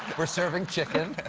we're serving chicken.